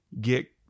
get